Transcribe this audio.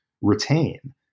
retain